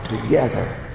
together